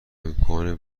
امکان